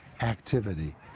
activity